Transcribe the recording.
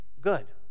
good